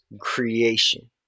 creation